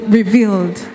revealed